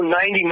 90